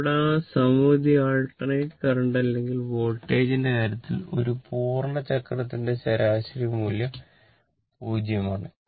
കൂടാതെ സമമിതി alternate current അല്ലെങ്കിൽ വോൾട്ടേജിന്റെ കാര്യത്തിൽ ഒരു പൂർണ്ണ ചക്രത്തിന്റെ ശരാശരി മൂല്യം 0 ആണ്